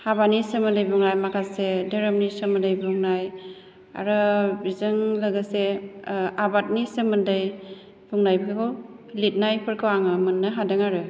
हाबानि सोमोन्दै बुंनाय माखासे धोरोमनि सोमोन्दै बुंनाय आरो बेजों लोगोसे आबादनि सोमोन्दै बुंनायफोरखौ लिरनायफोरखौ आङो मोननो हादों आरो